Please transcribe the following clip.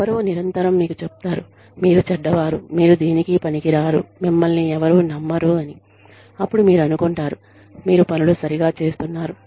ఎవరో నిరంతరం మీకు చెప్తారు మీరు చెడ్డవారు మీరు దేనికీ పనికి రారు మిమ్మల్ని ఎవరూ నమ్మరు అని అపుడు మీరు అనుకుంటారు మీరు పనులు సరిగ్గా చేస్తున్నారు